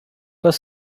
was